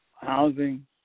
housing